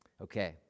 Okay